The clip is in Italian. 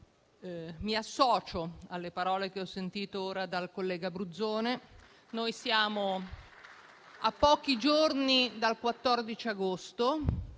mi associo alle parole che ho sentito ora dal collega Bruzzone. Siamo a pochi giorni dal 14 agosto.